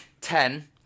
ten